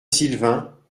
silvain